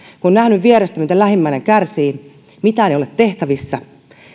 kun on nähnyt vierestä miten lähimmäinen kärsii mitään ei ole tehtävissä